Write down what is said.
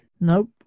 Nope